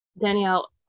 Danielle